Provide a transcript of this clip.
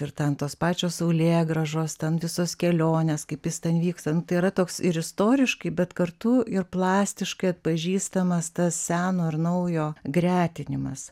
ir ten tos pačios saulėgrąžos ten visos kelionės kaip jis ten vyksta nu tai yra toks ir istoriškai bet kartu ir plastiškai atpažįstamas tas seno ir naujo gretinimas